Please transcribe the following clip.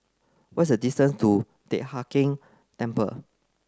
what's the distance to Teck Hai Keng Temple